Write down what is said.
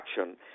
action